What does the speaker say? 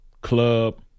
club